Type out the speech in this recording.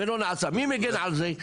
מי מגן על זה?